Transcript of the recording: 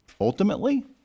ultimately